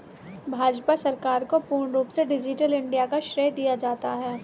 भाजपा सरकार को पूर्ण रूप से डिजिटल इन्डिया का श्रेय जाता है